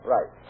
Right